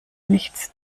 nichts